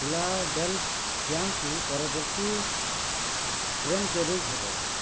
ଫିଲାଡ଼େଲଫିଆଙ୍କୁ ପରବର୍ତ୍ତୀ ଟ୍ରେନ୍ କେବେ ଝେବ